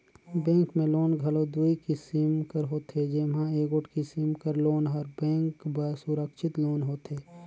bank में loan घलो दुई किसिम कर होथे जेम्हां एगोट किसिम कर लोन हर बेंक बर सुरक्छित लोन होथे